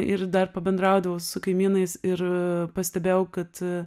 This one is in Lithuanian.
ir dar pabendraudavau su kaimynais ir pastebėjau kad